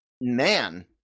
man